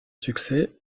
succès